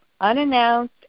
unannounced